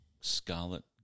Scarlet